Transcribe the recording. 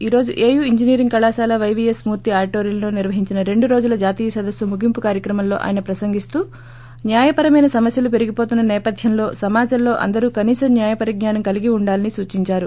ఈ రోజు AU engineering కళాశాల వైవీఎస్ మూర్తి ఆడిటోరింయలో నిర్వహించిన రెండు రోజుల జాతీయ సదస్సు ముగింపు కార్యక్రమంలో ఆయన ప్రసంగిస్తూ న్యాయపరమైన సమస్యలు పెరిగిపోతున్న నేపథ్యంలో సమాజంలో అందరూ కనీస న్యాయ పరిజ్ఞానం కలిగి ఉండాలని సూచించారు